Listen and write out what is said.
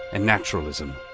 and naturalism.